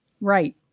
Right